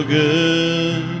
good